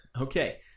Okay